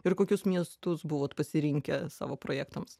ir kokius miestus buvot pasirinkę savo projektams